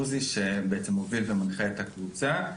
שגם מוביל ומנחה את הקבוצה.